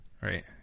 right